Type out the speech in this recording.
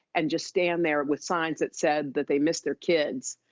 and just stand there with signs that said that they missed their kids,